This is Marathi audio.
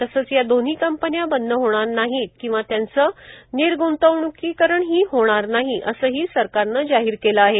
तसंच या दोन्ही कंपन्या बंद होणार नाहीत किंवा त्यांचं निर्ग्तण्किकरण ही होणार नाहीत असंही सरकारनं जाहीर केलं आहे